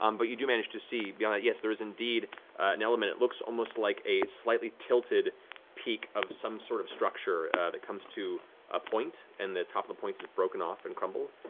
um but you do manage to see beyond that yes, there is indeed an element. it looks almost like a slightly tilted peak of some sort of structure that comes to a point, and the top of the point is broken off and crumbled,